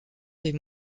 des